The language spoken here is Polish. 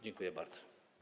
Dziękuję bardzo.